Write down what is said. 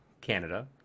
canada